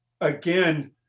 again